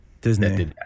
Disney